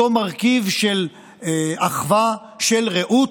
אותו מרכיב של אחווה, של רעות.